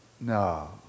No